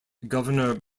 governor